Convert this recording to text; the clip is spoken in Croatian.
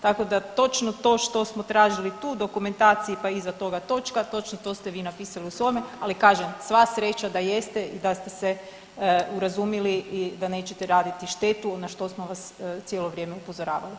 Tako da točno to što smo tražili tu u dokumentaciji pa iza toga točka, točno to ste vi napisali u svome, ali kažem sva sreća da jeste i da ste se urazumili i da nećete raditi štetu na što smo vas cijelo vrijeme upozoravali.